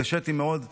התקשיתי מאוד בוועדה.